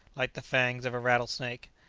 like the fangs of a rattle-snake.